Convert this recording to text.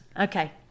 okay